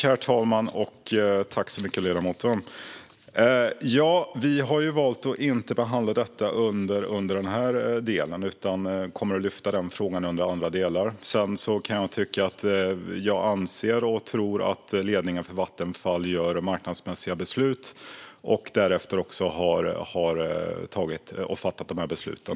Herr talman! Jag tackar ledamoten för frågan. Vi har valt att inte behandla detta under den här delen. Vi kommer i stället att lyfta fram den frågan under andra delar. Jag tror att ledningen för Vattenfall fattar marknadsmässiga beslut och att det gäller även de här besluten.